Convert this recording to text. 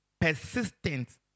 persistent